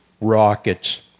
rockets